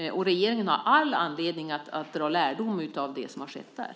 Och regeringen har all anledning att dra lärdom av det som har skett där.